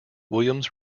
williams